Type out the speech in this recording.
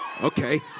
Okay